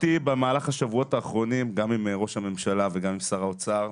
בשבועות האחרונים ישבתי עם ראש הממשלה ועם שר האוצר.